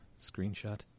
screenshot